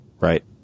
Right